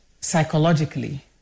psychologically